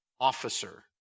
officer